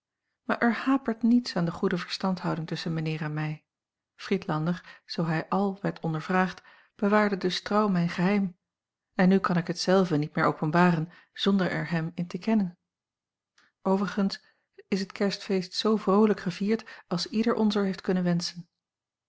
maar er hapert niets aan de goede verstandhouding tusschen mijnheer en mij friedlander zoo hij àl werd ondervraagd bewaarde dus trouw mijn geheim en nu kan ik het zelve niet meer openbaren zonder er hem in te kennen overigens is het kerstfeest zoo vroolijk gevierd als ieder onzer heeft kunnen wenschen